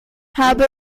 habe